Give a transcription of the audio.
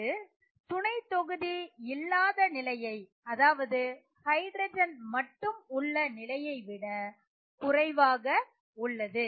அது துணைத்தொகுதி இல்லாத நிலையை அதாவது ஹைட்ரஜன் மட்டும் உள்ள நிலையை விட குறைவாக உள்ளது